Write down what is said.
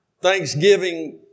Thanksgiving